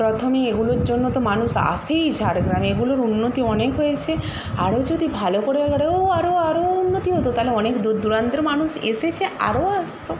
প্রথমেই এগুলোর জন্য তো মানুষ আসেই ঝাড়গ্রামে এগুলোর উন্নতি অনেক হয়েছে আরও যদি ভালো করে আরো আরো আরো উন্নতি হতো তাহলে অনেক দূর দূরান্তের মানুষ এসেছে আরও আসত